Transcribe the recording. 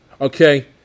Okay